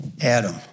Adam